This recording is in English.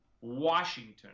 Washington